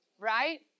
right